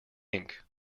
ink